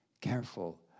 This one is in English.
careful